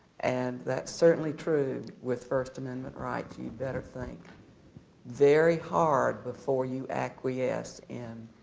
and that's certainly true with first amendment rights. you'd better think very hard before you acquiesce in